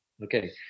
Okay